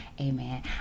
Amen